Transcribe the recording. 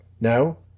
No